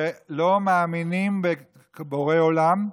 שלא מאמינים בבורא עולם,